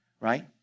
right